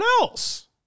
else